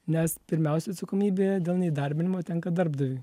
nes pirmiausia atsakomybė dėl neįdarbinimo tenka darbdaviui